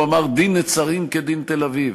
הוא אמר "דין נצרים כדין תל-אביב",